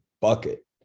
bucket